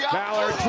balor